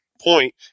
point